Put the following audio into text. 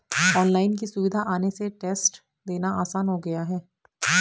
online की सुविधा आने से टेस्ट देना आसान हो गया है